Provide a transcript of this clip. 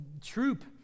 troop